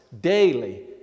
daily